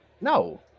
No